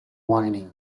whinnying